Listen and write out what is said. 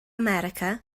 america